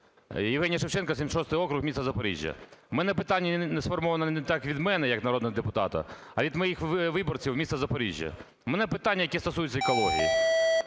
Євгеній Шевченко,76 округ, місто Запоріжжя. У мене питання сформовано не так від мене як народного депутата, а від моїх виборців міста Запоріжжя. У мене питання, яке стосується екології.